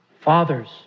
Fathers